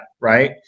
right